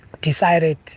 decided